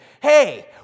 hey